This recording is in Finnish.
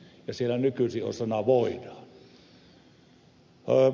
siellä nykyisin on sana voidaan